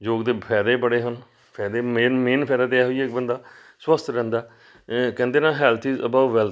ਯੋਗ ਦੇ ਫਾਇਦੇ ਬੜੇ ਹਨ ਫਾਇਦੇ ਮੇਨ ਮੇਨ ਫਾਇਦਾ ਤਾਂ ਇਹੋ ਹੈ ਕਿ ਬੰਦਾ ਸਵੱਸਥ ਰਹਿੰਦਾ ਕਹਿੰਦੇ ਨਾ ਹੈਲਥ ਇਜ ਅਵੱਬ ਵੈਲਥ